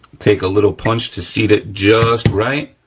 take a little punch to seat it just right,